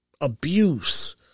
abuse